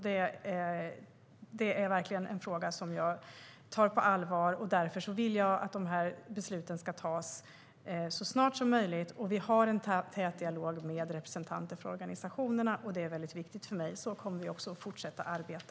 Det är verkligen en fråga som jag tar på allvar, och därför vill jag att de här besluten ska tas så snart som möjligt. Vi har en tät dialog med representanter från organisationerna, och det är väldigt viktigt för mig. Så kommer vi också att fortsätta arbeta.